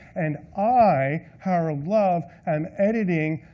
and i, harold love, am editing